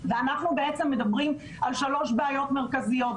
ואנחנו בעצם מדברים על שלוש בעיות מרכזיות.